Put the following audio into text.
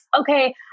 okay